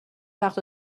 وقت